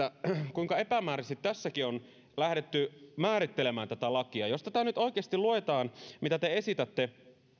kuinka epämääräisesti tässäkin on lähdetty määrittelemään tätä lakia jos tätä nyt oikeasti luetaan mitä te esitätte